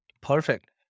Perfect